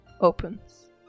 Opens